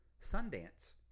Sundance